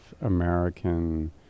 American